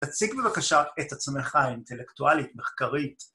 תציג בבקשה את עצמך האינטלקטואלית, מחקרית.